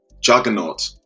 juggernaut